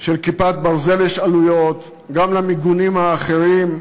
של "כיפת ברזל" יש עלויות, גם למיגונים האחרים,